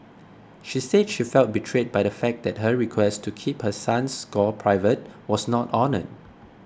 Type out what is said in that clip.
she said she felt betrayed by the fact that her request to keep her son's score private was not honoured